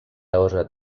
ahorra